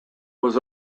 was